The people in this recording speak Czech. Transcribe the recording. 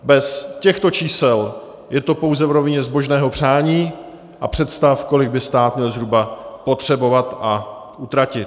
Bez těchto čísel je to pouze v rovině zbožného přání a představ, kolik by stát měl zhruba potřebovat a utratit.